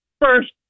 first